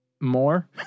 more